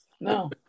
No